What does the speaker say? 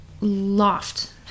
Loft